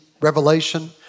revelation